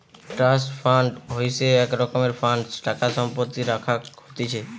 trust fund হইসে এক রকমের ফান্ড টাকা সম্পত্তি রাখাক হতিছে